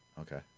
Okay